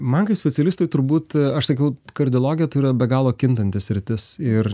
man kaip specialistui turbūt aš sakiau kardiologija tai yra be galo kintanti sritis ir